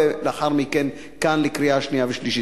ולאחר מכן לקריאה שנייה ושלישית